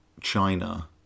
China